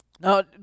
Now